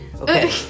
okay